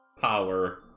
power